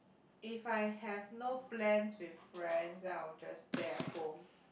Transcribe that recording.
if I have no plans with friends then I'll just stay at home